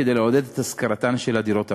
כדי לעודד את השכרתן של הדירות הריקות.